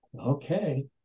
Okay